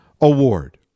award